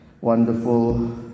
wonderful